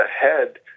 ahead